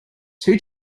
two